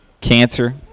cancer